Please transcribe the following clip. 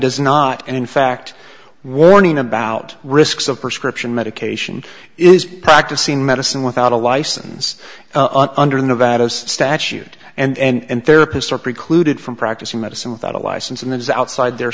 does not and in fact warning about risks of prescription medication is practicing medicine without a license under nevada statute and therapists are precluded from practicing medicine without a license and that is outside their